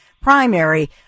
primary